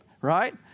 Right